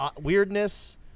weirdness